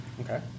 Okay